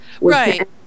Right